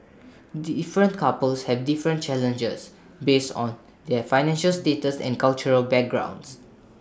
different couples have different challenges based on their financial status and cultural backgrounds